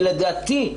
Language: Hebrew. ולדעתי,